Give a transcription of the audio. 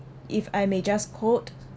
if I may just quote